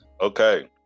Okay